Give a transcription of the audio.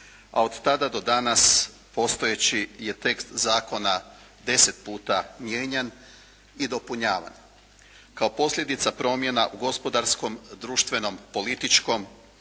a od tada do danas postojeći je tekst zakona deset puta mijenjan i dopunjavan. Kao posljedica promjena u gospodarskom, društvenom, političkom